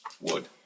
Wood